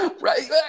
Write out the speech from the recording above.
right